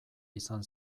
izan